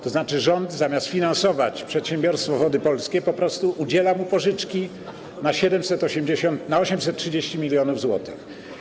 To znaczy rząd, zamiast finansować przedsiębiorstwo Wody Polskie, po prostu udziela mu pożyczki na 780... na 830 mln zł.